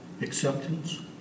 acceptance